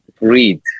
read